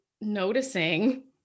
noticing